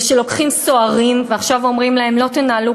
כשלוקחים סוהרים ועכשיו אומרים להם: לא תנהלו